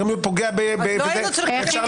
איך היא